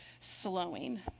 slowing